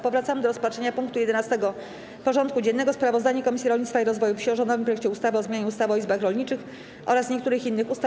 Powracamy do rozpatrzenia punktu 11. porządku dziennego: Sprawozdanie Komisji Rolnictwa i Rozwoju Wsi o rządowym projekcie ustawy o zmianie ustawy o izbach rolniczych oraz niektórych innych ustaw.